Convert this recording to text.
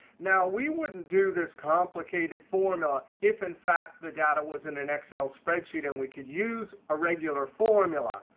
now, we wouldn't do this complicated formula if in fact the data was in an excel spreadsheet and we could use a regular formula.